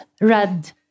red